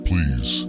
Please